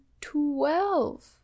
twelve